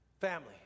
family